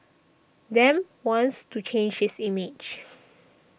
Dem wants to change this image